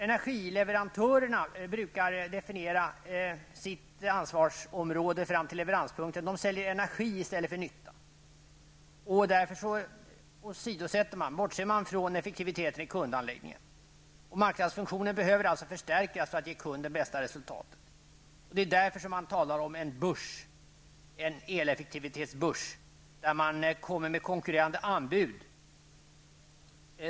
Energileverantörerna brukar definiera sitt ansvarsområde fram till leveranspunkten, de säljer energi i stället för nytta. Därför åsidosätter man och bortser från effektiviteten i kundanläggningen. Marknadsfunktionen behöver alltså förstärkas för att ge kunden bästa resultat. Det är därför som man talar om en börs, en eleffektivitetsbörs, där man kommer med konkurrerande anbud.